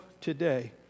today